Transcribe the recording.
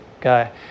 guy